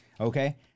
okay